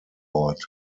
ort